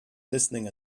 listening